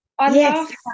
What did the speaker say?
Yes